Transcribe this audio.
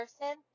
person